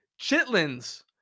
chitlins